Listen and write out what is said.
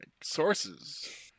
Sources